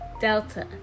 Delta